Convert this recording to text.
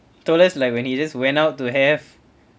told us like when he just went out to have